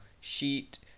sheet